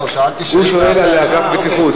הוא שואל על אגף הבטיחות,